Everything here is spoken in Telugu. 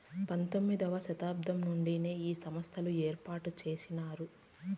పంతొమ్మిది వ శతాబ్దం నుండే ఈ సంస్థను ఏర్పాటు చేసినారు